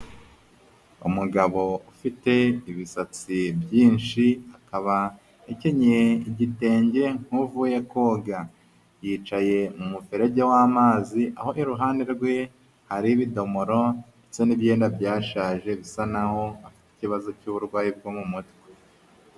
Umugabo ufite ibisatsi byinshi akaba akenyeye igitenge nk'uvuye koga, yicaye mu muferege w'amazi aho iruhande rwe hari ibidomoro ndetse n'ibyenda byashaje bisa naho afite ikibazo cy'uburwayi bwo mu mutwe.